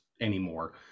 anymore